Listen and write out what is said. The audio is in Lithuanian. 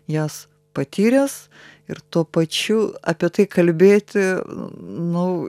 jas patyręs ir tuo pačiu apie tai kalbėti nu